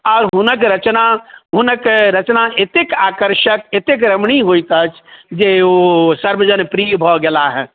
आओर हुनक रचना हुनक रचना एतेक आकर्षक एतेक रमणीय होइत अछि जे ओ सर्वजन प्रिय भऽ गेलाहँ